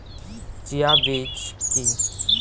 Chia বীজ কী?